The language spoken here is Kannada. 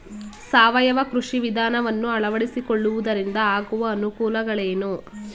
ಸಾವಯವ ಕೃಷಿ ವಿಧಾನವನ್ನು ಅಳವಡಿಸಿಕೊಳ್ಳುವುದರಿಂದ ಆಗುವ ಅನುಕೂಲಗಳೇನು?